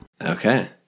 Okay